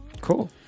Cool